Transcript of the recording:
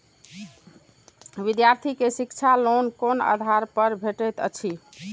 विधार्थी के शिक्षा लोन कोन आधार पर भेटेत अछि?